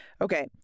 okay